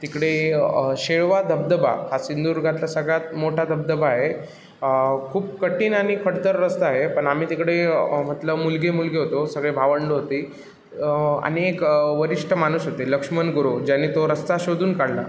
तिकडे शेळवा धबधबा हा सिंधुदुर्गातला सगळ्यात मोठा धबधबा आहे खूप कठीण आणि खडतर रस्ता आहे पण आम्ही तिकडे मतलब मुलगे मुलगे होतो सगळे भावंडं होती आणि एक वरिष्ठ माणूस होते लक्ष्मण गुरव ज्यांनी तो रस्ता शोधून काढला